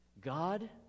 god